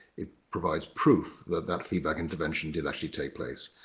it provides proof that that feedback intervention did actually take place.